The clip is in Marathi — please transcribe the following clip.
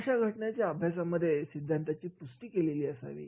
अशा घटनेच्या अभ्यासामध्ये सिद्धांताची पुष्टी केलेली असावी